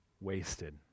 wasted